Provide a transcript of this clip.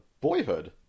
Boyhood